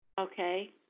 Okay